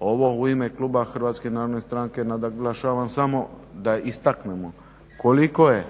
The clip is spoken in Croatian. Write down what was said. Ovo u ime kluba HNS-a naglašavam samo da istaknemo koliko je